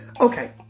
Okay